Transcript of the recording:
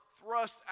thrust